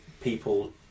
people